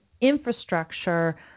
infrastructure